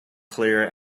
clear